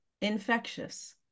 infectious